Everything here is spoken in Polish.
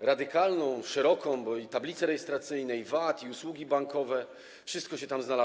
radykalną, szeroką, bo i tablice rejestracyjne, i VAT, i usługi bankowe, wszystko się tam znalazło.